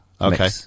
Okay